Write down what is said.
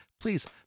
Please